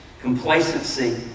complacency